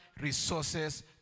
resources